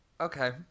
Okay